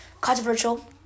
controversial